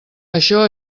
això